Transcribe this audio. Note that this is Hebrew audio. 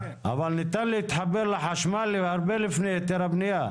אבל ניתן להתחבר לחשמל הרבה לפני היתר בנייה.